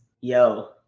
Yo